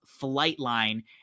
Flightline